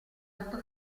otto